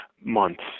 Months